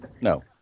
no